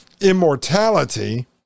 immortality